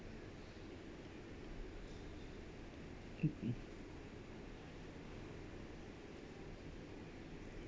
mmhmm